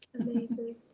Amazing